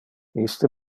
iste